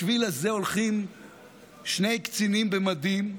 בשביל הזה הולכים שני קצינים במדים,